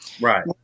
Right